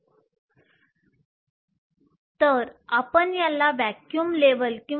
तर या प्रकरणात ऊर्जा y अक्षावर आहे संदर्भित एक ऊर्जा पातळी 0 ज्याला व्हॅक्यूम स्तर म्हणतात